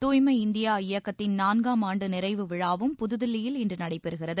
தூய்மை இந்தியா இயக்கத்தின் நான்காம் ஆண்டு நிறைவு விழாவும் புதுதில்லியில் இன்று நடைபெறுகிறது